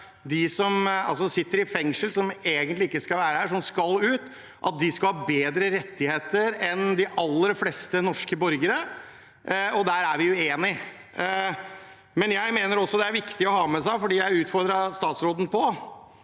de som sitter i fengsel, som egentlig ikke skal være her, og som skal ut, skal ha bedre rettigheter enn de aller fleste norske borgere. Der er vi uenige. Jeg mener også det er viktig å ha med seg – og som jeg utfordret statsråden på